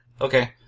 okay